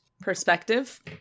perspective